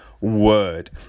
word